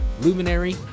Luminary